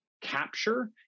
capture